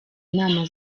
inama